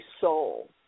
soul